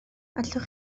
allwch